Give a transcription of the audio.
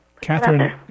Catherine